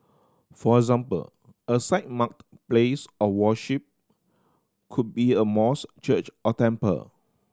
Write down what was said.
for example a site marked place of worship could be a mosque church or temple